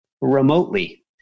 remotely